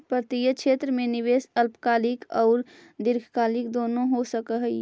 वित्तीय क्षेत्र में निवेश अल्पकालिक औउर दीर्घकालिक दुनो हो सकऽ हई